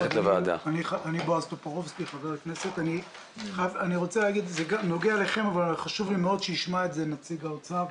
הנושא נוגע אליכם אבל חשוב לי מאוד שישמע את זה נציג האוצר.